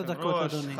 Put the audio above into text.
עשר דקות, אדוני.